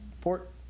port